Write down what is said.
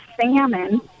salmon